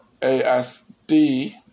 ASD